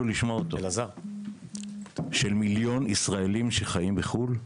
לשמוע אותו: מיליון ישראלים שחיים בחו"ל.